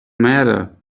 matter